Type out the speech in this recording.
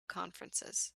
conferences